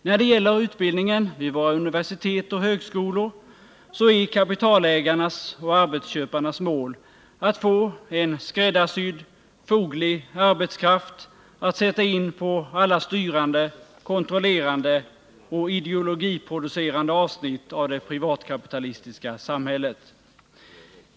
När det gäller utbildningen vid våra universitet och högskolor är kapitalägarnas och arbetsköparnas mål att få en skräddarsydd, foglig arbetskraft att sätta in på alla styrande, kontrollerande och ideologiproducerande avsnitt av det privatkapitalistiska samhället.